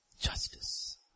justice